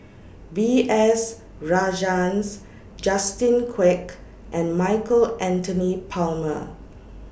B S Rajhans Justin Quek and Michael Anthony Palmer